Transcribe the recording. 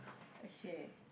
okay